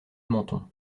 menton